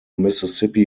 mississippi